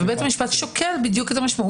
ובית המשפט שוקל את המשמעות,